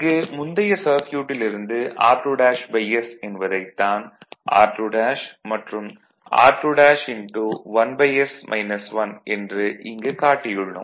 இங்கு முந்தைய சர்க்யூட்டில் இருந்து r2s என்பதைத் தான் r2 மற்றும் r21s 1 என்று இங்கு காட்டியுள்ளோம்